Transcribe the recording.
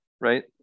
right